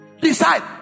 Decide